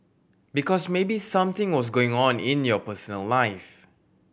because maybe something was going on in your personal life